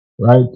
right